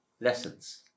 lessons